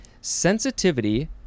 Sensitivity